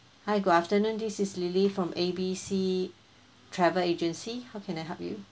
hi good afternoon this is lily from A B C travel agency how can I help you